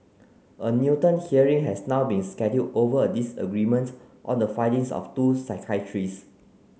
a Newton hearing has now been scheduled over a disagreement on the findings of two psychiatrists